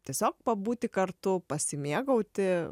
tiesiog pabūti kartu pasimėgauti